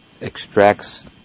extracts